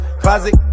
Closet